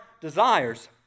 desires